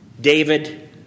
David